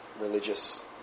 religious